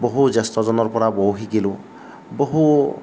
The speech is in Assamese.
বহু জেষ্ঠ্য়জনৰ পৰা বহুত শিকিলোঁ বহু